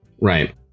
right